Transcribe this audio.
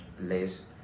less